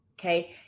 Okay